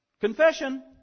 Confession